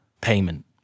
payment